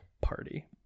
Party